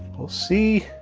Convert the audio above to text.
we'll see.